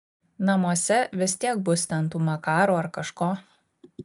namuose vis tiek bus ten tų makarų ar kažko